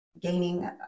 gaining